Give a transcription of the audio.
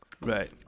Right